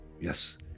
Yes